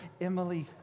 Emily